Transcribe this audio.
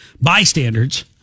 bystanders